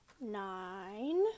nine